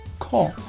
call